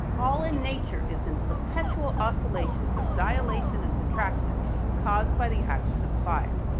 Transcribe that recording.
all in nature is in perpetual oscillations of dilation and contraction caused by the action of fire.